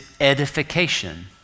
edification